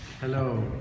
Hello